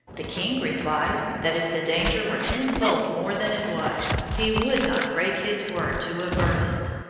the king replied, that if the danger were tenfold more than it was, he would not break his word to avert it.